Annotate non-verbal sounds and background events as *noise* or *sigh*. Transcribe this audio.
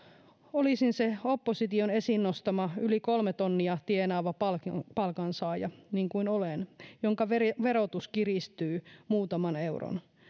olisin se opposition esiin nostama yli kolme tonnia tienaava palkansaaja palkansaaja niin kuin olen jonka verotus kiristyy muutaman euron *unintelligible*